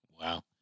Wow